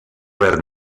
ver